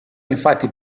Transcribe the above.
infatti